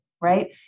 Right